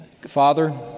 Father